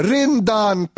Rindan